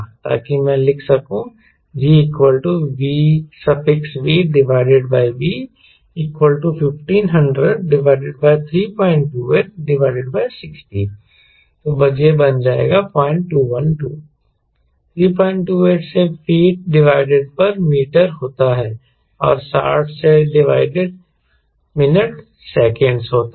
ताकि मैं लिख सकूं G VVV 150032860 0212 328 से फीट डिवाइडेड पर मीटर होता है और 60 से डिवाइडेड मिनट सेकंड होता है